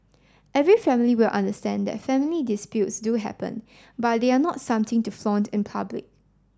every family will understand that family disputes do happen but they are not something to flaunt in public